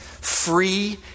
free